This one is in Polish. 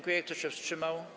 Kto się wstrzymał?